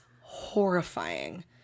horrifying